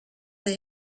they